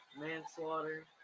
Manslaughter